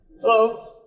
Hello